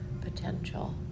potential